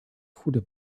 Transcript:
goede